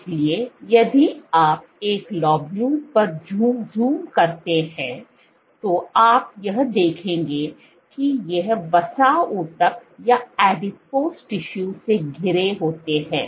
इसलिए यदि आप एक लॉब्यूल पर ज़ूम करते हैं तो आप यह देखेंगे कि ये वसा ऊतक से घिरे होते हैं